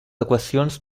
equacions